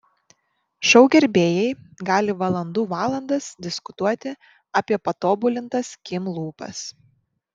šou gerbėjai gali valandų valandas diskutuoti apie patobulintas kim lūpas